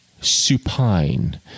supine